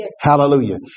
Hallelujah